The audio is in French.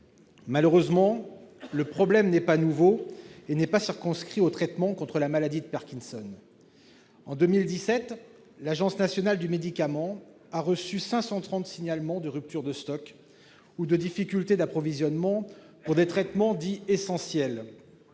Malheureusement, le problème n'est ni nouveau ni circonscrit aux traitements contre la maladie de Parkinson. En 2017, l'Agence nationale de sécurité du médicament et des produits de santé a reçu 530 signalements de rupture de stock ou de difficulté d'approvisionnement pour des traitements dits « essentiels »,